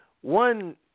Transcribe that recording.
One